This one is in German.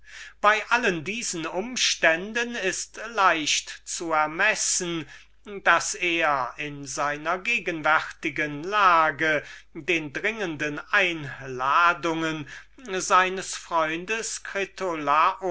bei allen diesen umständen ist leicht zu ermessen daß er den zärtlichen und dringenden einladungen seines freundes